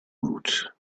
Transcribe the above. woot